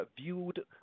viewed